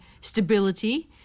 stability